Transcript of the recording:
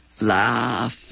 laugh